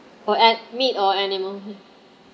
or ani~ meat or animal